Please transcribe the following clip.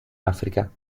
africa